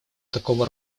такого